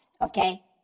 Okay